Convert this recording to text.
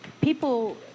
people